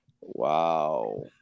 Wow